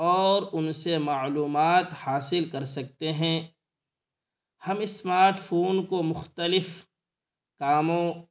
اور ان سے معلومات حاصل کر سکتے ہیں ہم اسمارٹ فون کو مختلف کاموں